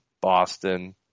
Boston